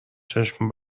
چشام